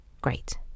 great